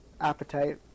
appetite